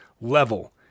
level